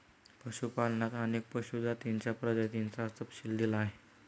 पशुपालनात अनेक पशु जातींच्या प्रजातींचा तपशील दिला आहे